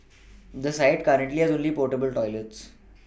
the site currently has only portable toilets